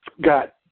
got